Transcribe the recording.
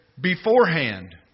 beforehand